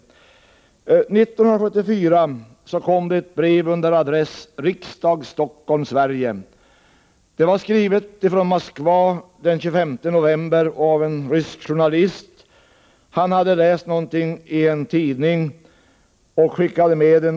1974 kom det ett brev till riksdagen med adressen Riksdagen, Stockholm, Sverige. Det var skrivet i Moskva den 25 november av en rysk journalist. Han hade läst en notis i en rysk tidning och skickade med den.